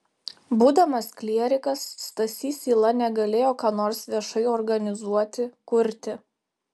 būdamas klierikas stasys yla negalėjo ką nors viešai organizuoti kurti